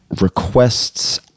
requests